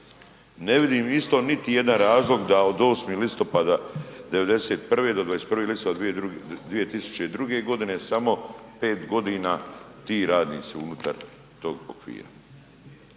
Ne vidim isto niti jedan razlog da od 8. listopada '91. do 21. listopada 2002.g. samo 5.g. ti radnici unutar tog okvira.